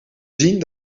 zien